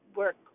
work